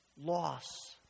loss